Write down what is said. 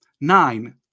Nine